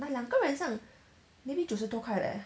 两个人好像 maybe 九十多块 leh